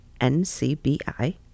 NCBI